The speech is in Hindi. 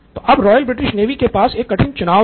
तो अब रॉयल ब्रिटिश नेवी के पास में एक कठिन चुनाव था